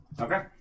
Okay